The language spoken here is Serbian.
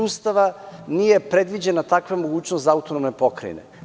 Ustava nije predviđena takva mogućnost za autonomne pokrajine.